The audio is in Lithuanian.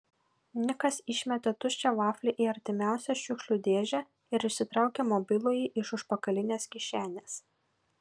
nikas išmetė tuščią vaflį į artimiausią šiukšlių dėžę ir išsitraukė mobilųjį iš užpakalinės kišenės